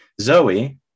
Zoe